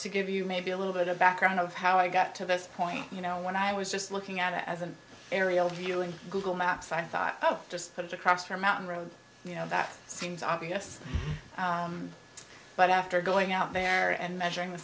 to give you maybe a little bit of background of how i got to this point you know when i was just looking at it as an aerial view and google maps i thought oh just put it across for mountain road you know that seems obvious but after going out there and measuring the